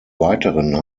weiteren